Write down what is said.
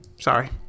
Sorry